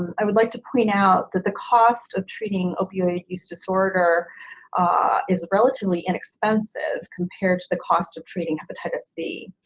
i would like to point out that the cost of treating opioid use disorder is relatively inexpensive compared to the cost of treating hepatitis c.